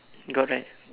got right